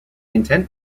intent